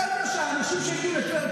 אתה יודע שהאנשים שהגיעו לטבריה,